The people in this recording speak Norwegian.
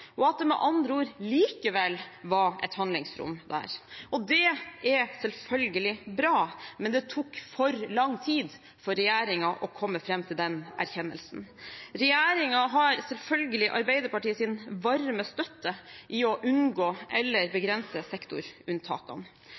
og at det med andre ord likevel var et handlingsrom der. Det er selvfølgelig bra, men det tok for lang tid for regjeringen å komme fram til den erkjennelsen. Regjeringen har selvfølgelig Arbeiderpartiets varme støtte til å unngå eller begrense sektorunntakene.